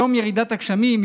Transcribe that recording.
יום ירידת הגשמים,